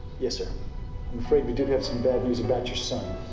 yes, sir. i'm afraid we do have some bad news about your son.